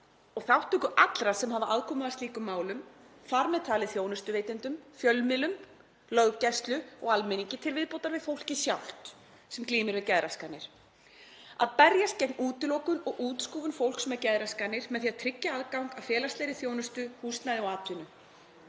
og þátttöku allra sem hafa aðkomu að slíkum málum, þ.m.t. þjónustuveitendum, fjölmiðlum, löggæslu og almennings til viðbótar við fólkið sjálft sem glímir við geðraskanir, og að berjast gegn útilokun og útskúfun fólks með geðraskanir með því að tryggja aðgang að félagslegri þjónustu, húsnæði og atvinnu.